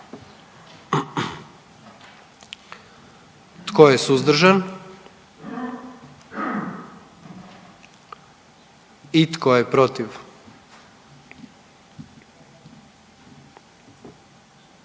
Tko je suzdržan? I tko je protiv?